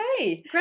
Okay